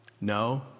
No